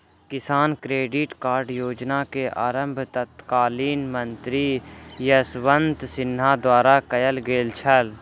किसान credit card योजना के आरम्भ तत्कालीन मंत्री यशवंत सिन्हा द्वारा कयल गेल छल